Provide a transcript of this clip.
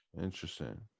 interesting